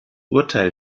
urteil